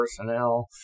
personnel